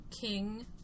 king